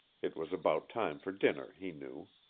it was about time for dinner, he knew.